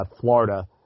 Florida